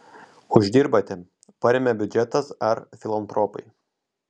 užsidirbate paremia biudžetas ar filantropai